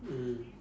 mm